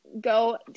go